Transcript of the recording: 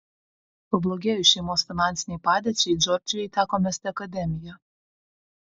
pablogėjus šeimos finansinei padėčiai džordžijai teko mesti akademiją